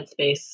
headspace